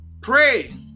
pray